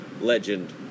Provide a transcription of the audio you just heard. legend